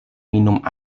minum